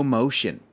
motion